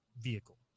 vehicle